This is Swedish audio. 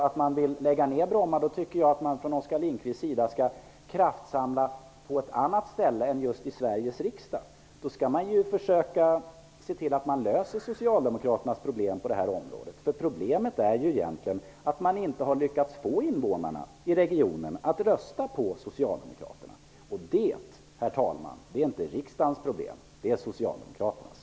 Bromma flygplats, tycker jag att de skall kraftsamla på ett annat ställe än i Sveriges riksdag. Då skall man se till att lösa socialdemokraternas problem på detta område, som egentligen är att man inte har lyckats få invånarna i regionen att rösta på socialdemokraterna. Och det, herr talman, är inte riksdagens problem utan socialdemokraternas.